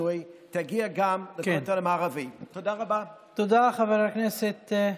אני אומר שמניסיוני בצבא ההגנה לישראל בנושא טיפול בתאונות אימונים,